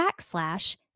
backslash